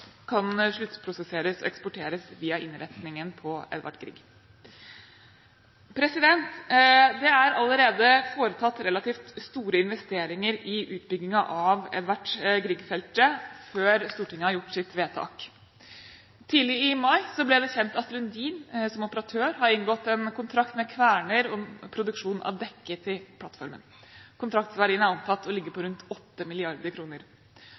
kan sluttprosesseres og eksporteres via innretningen på Edvard Grieg-feltet. Det er allerede foretatt relativt store investeringer i utbyggingen av Edvard Grieg-feltet – før Stortinget har gjort sitt vedtak. Tidlig i mai ble det kjent at Lundin som operatør har inngått en kontrakt med Kværner om produksjon av dekket til plattformen. Kontraktsverdien er antatt å ligge på